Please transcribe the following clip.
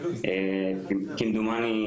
שלשום כמדומני,